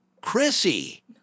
Chrissy